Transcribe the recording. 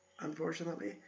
unfortunately